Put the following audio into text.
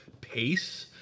pace